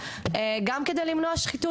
גם כדי למנוע שחיתות.